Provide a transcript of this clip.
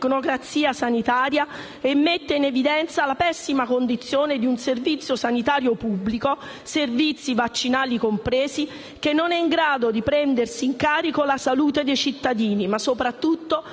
tecnocrazia sanitaria e mette in evidenza la pessima condizione di un servizio sanitario pubblico (servizi vaccinali compresi) che non è in grado prendere in carico la salute dei cittadini, ma soprattutto